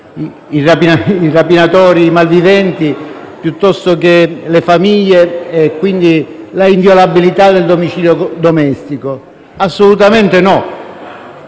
i rapinatori, i malviventi, piuttosto che le famiglie e, quindi, l'inviolabilità del domicilio domestico. Assolutamente no.